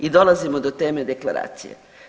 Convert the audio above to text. I dolazimo do teme deklaracije.